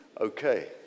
Okay